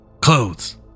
Clothes